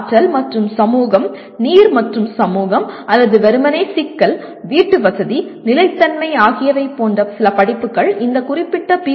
ஆற்றல் மற்றும் சமூகம் நீர் மற்றும் சமூகம் அல்லது வெறுமனே சிக்கல் வீட்டுவசதி நிலைத்தன்மை ஆகியவை போன்ற சில படிப்புகள் இந்த குறிப்பிட்ட பி